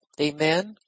Amen